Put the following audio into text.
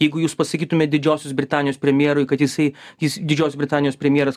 jeigu jūs pasakytumėt didžiosios britanijos premjerui kad jisai jis didžios britanijos premjeras